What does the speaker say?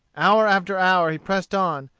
hour after hour he pressed on,